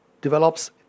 develops